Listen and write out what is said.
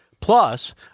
Plus